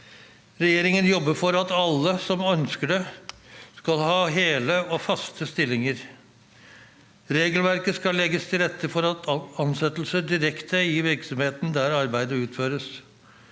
Regjeringen jobber for at alle som ønsker det, skal ha hele og faste stillinger. Regelverket skal legge til rette for ansettelser direkte i virksomheten der arbeidet utføres.